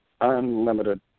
unlimited